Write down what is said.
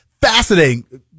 fascinating